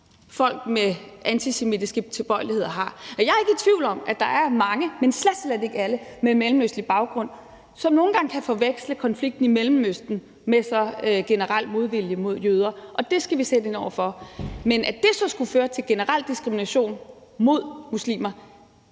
folk med antisemitiske tilbøjeligheder har. Jeg er ikke i tvivl om, at der er mange – men slet, slet ikke alle – med mellemøstlig baggrund, som nogle gange kan forveksle konflikten i Mellemøsten med generel modvilje mod jøder, og det skal vi sætte ind over for. Men at det så skulle føre til generel diskrimination mod muslimer,